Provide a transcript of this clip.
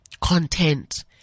content